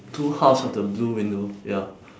two halves of the blue window ya